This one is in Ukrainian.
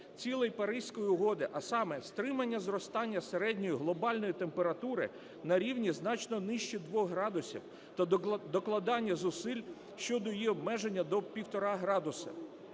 цілей Паризької угоди, а саме стримання зростання середньої глобальної температури на рівні значно нижче 2 градусів та докладання зусиль щодо її обмеження до півтора градуса,